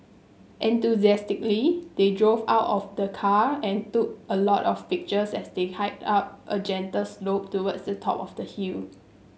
enthusiastically they drove out of the car and took a lot of pictures as they hiked up a gentle slope towards the top of the hill